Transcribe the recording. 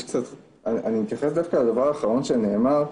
אני מתייחס דווקא לדבר האחרון שנאמר.